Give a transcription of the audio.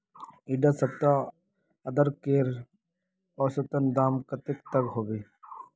इडा सप्ताह अदरकेर औसतन दाम कतेक तक होबे?